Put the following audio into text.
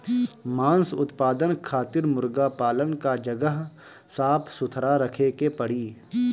मांस उत्पादन खातिर मुर्गा पालन कअ जगह साफ सुथरा रखे के पड़ी